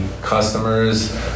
customers